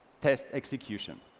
test execution.